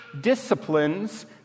disciplines